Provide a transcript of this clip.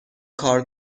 کار